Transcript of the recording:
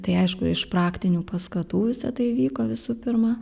tai aišku iš praktinių paskatų visa tai vyko visų pirma